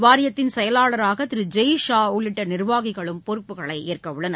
வாரியத்தின் செயலாளராக திரு ஜெய் ஷா உள்ளிட்ட நிர்வாகிகளும் பொறுப்புகளை ஏற்க உள்ளனர்